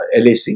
LAC